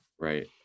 Right